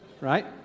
right